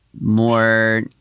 more